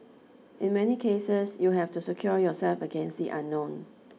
in many cases you have to secure yourself against the unknown